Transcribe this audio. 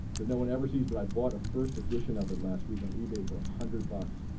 that no one ever sees but i bought a first edition of it last week on ebay for a hundred bucks.